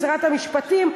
שרת המשפטים,